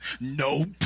Nope